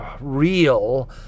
real